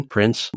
Prince